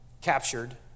captured